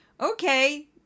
Okay